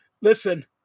Listen